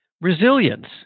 Resilience